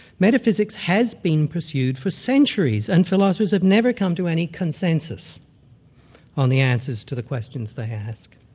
metaphysics has been pursued for centuries and philosophers have never come to any consensus on the answers to the questions they ask.